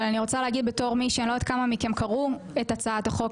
אני לא יודעת כמה מכם קראו את הצעת החוק,